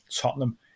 Tottenham